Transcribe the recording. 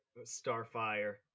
starfire